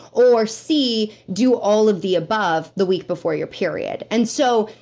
or c, do all of the above, the week before your period. and so,